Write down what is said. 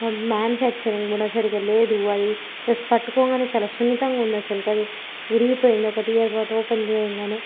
manufacturing కూడా సరిగ్గా లేదు అది జస్ట్ పట్టుకోగానే చాలా సున్నితంగా ఉంది అస్సలు అది విరిగిపోయింది ఒకటి ఇయర్ బడ్ ఓపెన్ చేయగానే